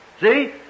See